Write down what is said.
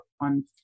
on